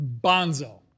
bonzo